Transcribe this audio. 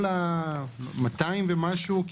כל ה-200 ומשהו,